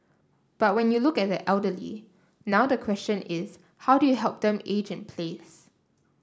but when you look at the elderly now the question is how do you help them to age in place